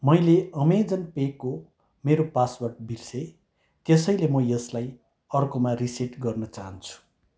मैले अमेजन पेको मेरो पासवर्ड बिर्सेँ त्यसैले म यसलाई अर्कोमा रिसेट गर्न चाहन्छु